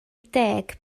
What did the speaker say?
deg